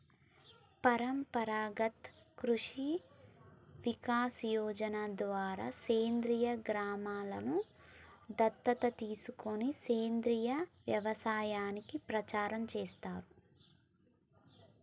పరంపరాగత్ కృషి వికాస్ యోజన ద్వారా సేంద్రీయ గ్రామలను దత్తత తీసుకొని సేంద్రీయ వ్యవసాయాన్ని ప్రచారం చేస్తారు